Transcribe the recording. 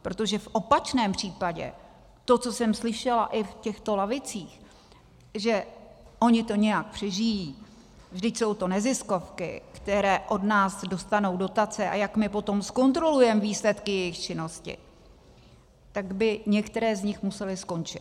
Protože v opačném případě to, co jsem slyšela i v těchto lavicích, že oni to nějak přežijí, vždyť jsou to neziskovky, které od nás dostanou dotace, a jak my potom zkontrolujeme výsledky jejich činnosti, tak by některé z nich musely skončit.